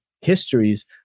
histories